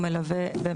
הוא מלווה,